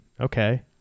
Okay